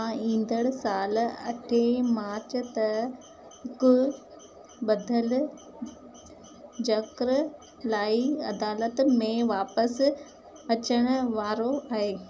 हा ईंदड़ साल अठे मार्च ते हिकु ॿधल जक्र लाइ अदालत में वापसि अचणु वारो आहे